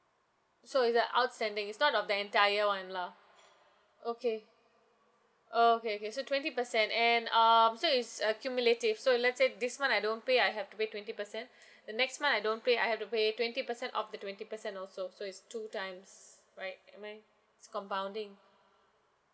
so it's the outstanding it's not of the entire [one] lah okay okay okay so twenty percent and um so it's accumulative so if let's say this month I don't pay I have to pay twenty percent the next month I don't pay I have to pay twenty percent of the twenty percent also so it's two times right am I it's compounding